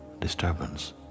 disturbance